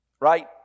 Right